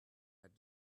had